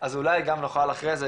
אז אולי גם נוכל אחרי זה,